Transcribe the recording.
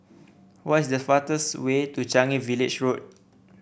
what is the fastest way to Changi Village Road